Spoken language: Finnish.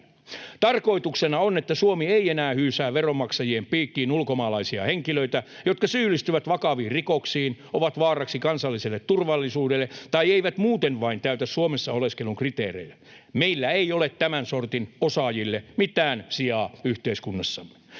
Tarkoituksena on, että Suomi ei enää hyysää veronmaksajien piikkiin ulkomaalaisia henkilöitä, jotka syyllistyvät vakaviin rikoksiin, ovat vaaraksi kansalliselle turvallisuudelle tai eivät muuten vain täytä Suomessa oleskelun kriteerejä. Meillä ei ole tämän sortin ”osaajille” mitään sijaa yhteiskunnassa.